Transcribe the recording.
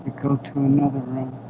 go to another room